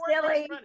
silly